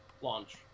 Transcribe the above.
launch